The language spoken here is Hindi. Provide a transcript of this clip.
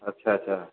अच्छा अच्छा